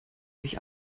sich